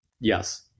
Yes